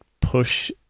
push